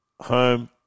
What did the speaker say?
home